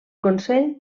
consell